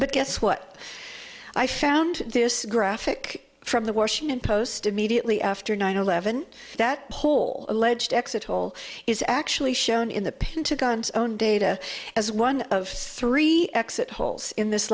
but guess what i found this graphic from the washington post immediately after nine eleven that whole alleged exit hole is actually shown in the pentagon's own data as one of three exit holes in this